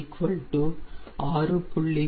3 0